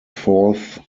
fourth